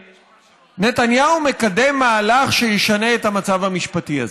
נתניהו מקדם מהלך שישנה את המצב המשפטי הזה.